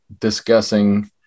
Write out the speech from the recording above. discussing